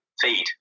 feed